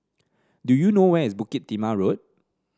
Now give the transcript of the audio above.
do you know where is Bukit Timah Road